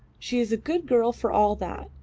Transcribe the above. she is a good girl for all that,